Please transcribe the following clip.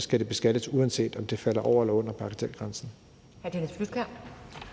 skal det beskattes, uanset om det falder over eller under bagatelgrænsen.